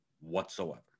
whatsoever